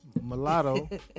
Mulatto